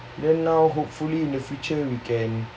then now hopefully in the future we can